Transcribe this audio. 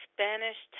Spanish